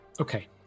Okay